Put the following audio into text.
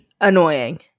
annoying